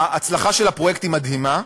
ההצלחה של הפרויקט היא מדהימה,